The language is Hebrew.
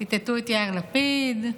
ציטטו את יאיר לפיד,